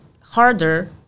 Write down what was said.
harder